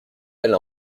elle